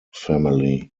family